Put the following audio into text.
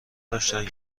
داشتن